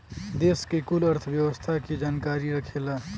देस के कुल अर्थव्यवस्था के जानकारी रखेला